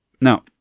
Now